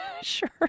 Sure